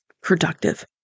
productive